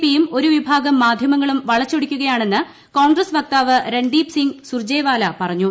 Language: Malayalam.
പിയും ഒരു വിഭാഗം മാധ്യമങ്ങളും വളച്ച് ഒടിക്കുകയാണെന്ന് കോൺഗ്രസ് വക്താവ് രൺദീപ് സിങ് സുർജെവാല പറഞ്ഞു